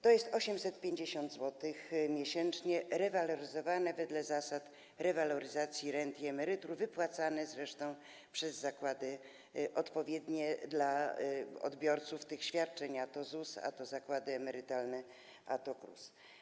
To jest 850 zł miesięcznie rewaloryzowane wedle zasad rewaloryzacji rent i emerytur, wypłacane zresztą przez zakłady odpowiednie dla odbiorców tych świadczeń - a to ZUS, a to zakłady emerytalne, a to KRUS.